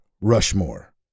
Rushmore